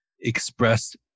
expressed